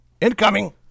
Incoming